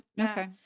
Okay